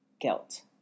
guilt